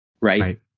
Right